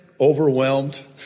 overwhelmed